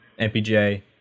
MPJ